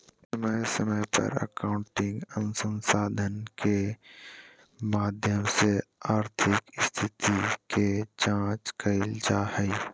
समय समय पर अकाउन्टिंग अनुसंधान के माध्यम से आर्थिक स्थिति के जांच कईल जा हइ